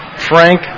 Frank